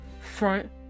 front